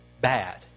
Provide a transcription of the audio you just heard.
bad